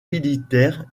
militaire